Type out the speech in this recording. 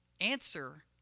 answer